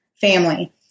family